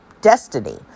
destiny